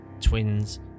Twins